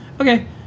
Okay